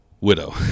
Widow